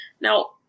now